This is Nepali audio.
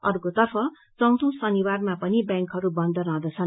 अर्कोतर्फ चौँथो शनिबारमा पनि ब्यांकहरू बन्द रहदँछन्